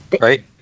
Right